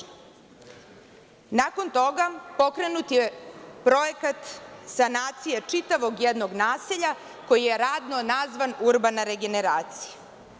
Nakon toga, pokrenut je projekat sanacije čitavog jednog naselja, koji je radno nazvan urbana regeneracija.